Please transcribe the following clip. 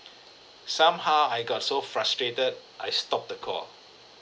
somehow I got so frustrated I stopped the call